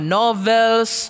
novels